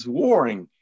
warring